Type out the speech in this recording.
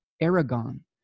Aragon